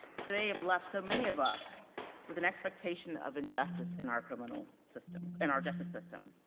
they have left so many of us with an expectation of injustice in our criminal system, in our justice system.